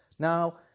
Now